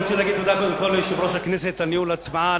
אני רוצה להגיד תודה קודם כול ליושב-ראש הכנסת על ניהול ההצבעה,